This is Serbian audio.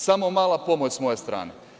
Samo mala pomoć sa moje strane.